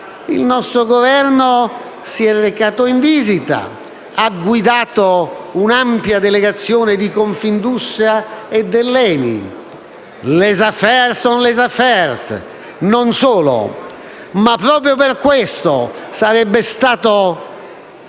Il nostro Governo si è recato in visita; ha guidato un'ampia delegazione di Confindustria ed ENI. *Les affaires sont les affaires*, e non solo. Proprio per questo sarebbe stato